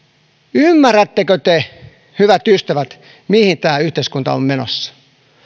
ymmärrättekö te hyvät ystävät mihin tämä yhteiskunta on menossa